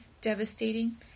devastating